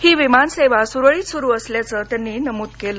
ही विमान सेवा सुरळीत सुरू असल्याचं त्यांनी नमूद केलं